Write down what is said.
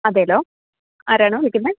അതേലോ ആരാണ് വിളിക്കുന്നത്